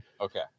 okay